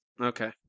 Okay